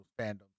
fandom